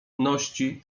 ności